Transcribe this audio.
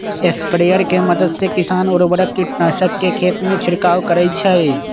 sprayer के मदद से किसान उर्वरक, कीटनाशक के खेतमें छिड़काव करई छई